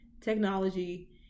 technology